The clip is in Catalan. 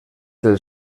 del